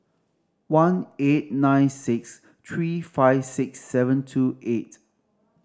one eight nine six three five six seven two eight